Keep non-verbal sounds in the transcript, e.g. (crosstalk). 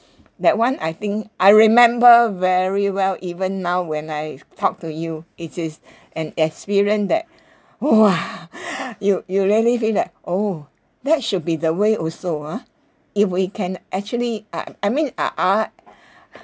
that [one] I think I remember very well even now when I talk to you it is (breath) an experience that !wah! (breath) you you really feel that oh that should be the way also ah if we can actually uh I mean uh